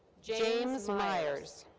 james meyers.